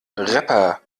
rapper